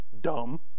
dumb